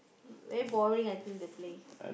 very boring I think the play